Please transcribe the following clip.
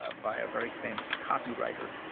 ah by a very famous copywriter,